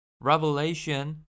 Revelation